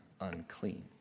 unclean